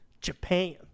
Japan